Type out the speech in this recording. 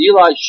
Eli